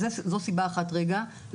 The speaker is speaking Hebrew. אז זו סיבה אחת לפער.